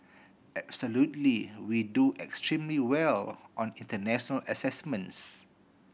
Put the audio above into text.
absolutely we do extremely well on international assessments